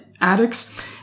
addicts